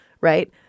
right